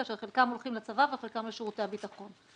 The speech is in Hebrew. כאשר חלקם הולכים לצבא וחלקם לשירותי הביטחון.